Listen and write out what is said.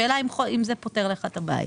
השאלה אם זה פותר לך את הבעיה?